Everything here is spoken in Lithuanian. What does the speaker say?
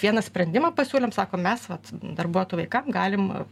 vieną sprendimą pasiūlėm sakom mes vat darbuotojų vaikam galim